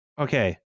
Okay